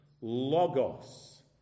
Logos